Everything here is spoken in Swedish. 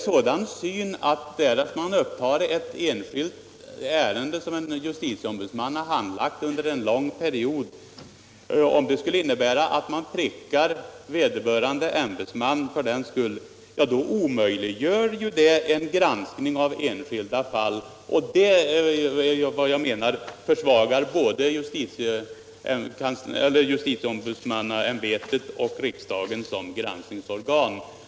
Skulle det att man upptar ett enskilt ärende som cn justitieombudsman har handlagt under en lång period betyda att man prickar ämbetsmannen, skulle det omöjliggöra en granskning av enskilda fall. Och det försvagar, enligt min mening, både justilileombudsmannaämbetet och riksdagen som granskningsorgan.